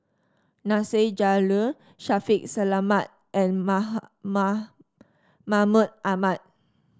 Nasir Jalil Shaffiq Selamat and Mahmud Ahmad